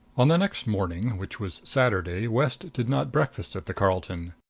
on the next morning, which was saturday, west did not breakfast at the carlton.